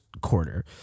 quarter